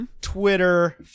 Twitter